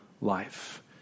life